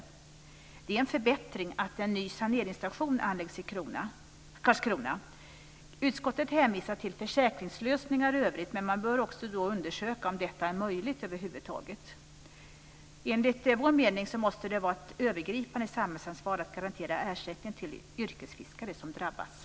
Det är dock en förbättring att en ny saneringsstation anläggs i Karlskrona. Utskottet hänvisar till försäkringslösningar i övrigt men man bör då också undersöka om detta över huvud taget är möjligt. Enligt vår mening måste det vara ett övergripande samhällsansvar att garantera ersättning till yrkesfiskare som drabbas.